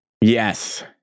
Yes